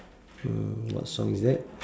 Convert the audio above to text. uh what song is that